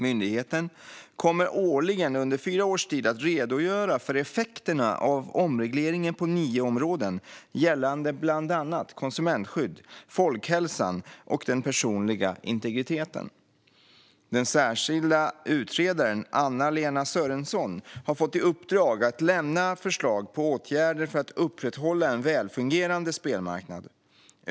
Myndigheten kommer årligen under fyra års tid att redogöra för effekterna av omregleringen på nio områden gällande bland annat konsumentskyddet, folkhälsan och den personliga integriteten. Den särskilda utredaren Anna-Lena Sörenson har fått i uppdrag att lämna förslag på åtgärder för att upprätthålla en välfungerande spelmarknad.